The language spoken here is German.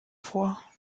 vor